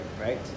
right